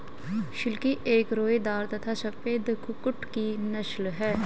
silkie एक रोएदार तथा सफेद कुक्कुट की नस्ल है